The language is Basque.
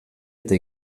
eta